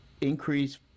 increase